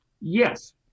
Yes